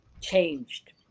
changed